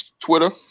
Twitter